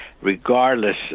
regardless